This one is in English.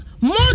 more